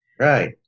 right